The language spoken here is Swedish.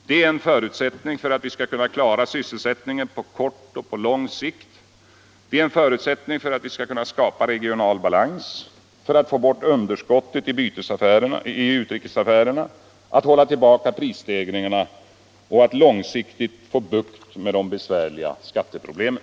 Det är en förutsättning för att vi skall kunna klara sysselsättningen på kort och lång sikt, skapa regional balans, få bort underskottet i utrikesaffärerna, hålla tillbaka prisstegringarna och långsiktigt få bukt med de besvärliga skatteproblemen.